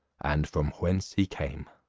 and from whence he came?